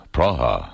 Praha